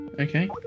Okay